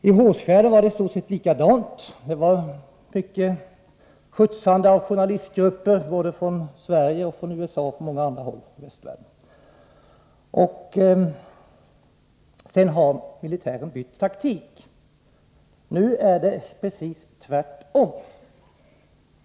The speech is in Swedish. I Hårsfjärden var det i stort sett likadant: Det var mycket skjutsande av journalistgrupper både från Sverige, från USA och från många andra håll i västvärlden. Sedan har militären bytt taktik: Nu är det precis tvärtom.